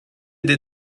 des